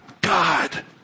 God